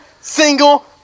single